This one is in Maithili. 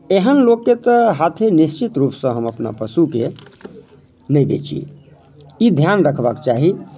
एहन लोकके तऽ हाथे निश्चित रूपसँ हम अपना पशुकेँ नहि बेची ई ध्यान रखबाक चाही